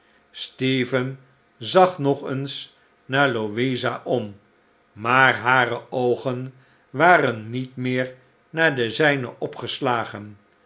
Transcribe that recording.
zeggenstephen zag nog eens naar louisa om maar hare oogen waren niet meer naar de zijne opgeslagen